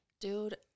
Dude